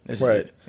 Right